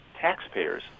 taxpayers